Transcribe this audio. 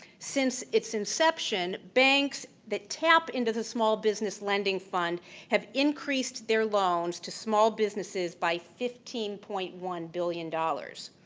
since its inception, banks that tap into the small business lending fund have increased their loans to small businesses by fifteen point one billion dollars.